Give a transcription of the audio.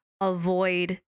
avoid